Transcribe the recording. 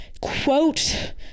quote